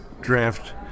draft